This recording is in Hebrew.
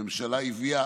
הממשלה הביאה